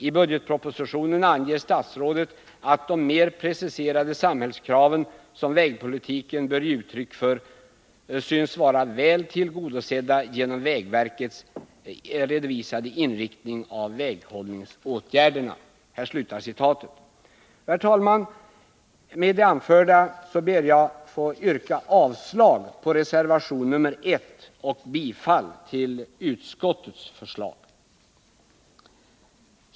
I budgetpropositionen anger statsrådet att de mer preciserade samhällskraven som vägpolitiken bör ge uttryck för synes vara väl tillgodosedda genom vägverkets redovisade inriktning av väghållningsåtgärderna.” Herr talman! Med det anförda ber jag att få yrka avslag på reservation 1 och bifall till utskottets förslag.